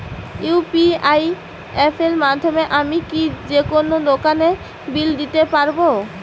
UPI অ্যাপের মাধ্যমে আমি কি যেকোনো দোকানের বিল দিতে পারবো?